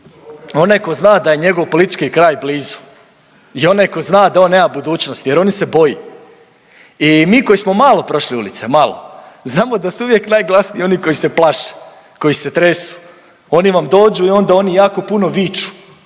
Onaj ko zna da je njegov politički kraj blizu i onaj ko zna da on nema budućnosti jer on se boji. I mi koji smo malo prošli ulice, malo, znamo da su uvijek najglasniji oni koji se plaše, koji se tresu, oni vam dođu i onda oni jako puno viču,